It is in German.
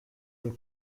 und